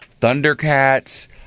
Thundercats